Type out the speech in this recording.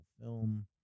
film